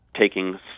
taking